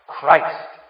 Christ